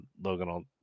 Logan